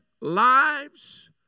lives